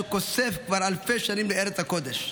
שכוסף כבר אלפי שנים לארץ הקודש,